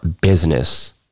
business